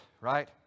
right